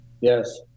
Yes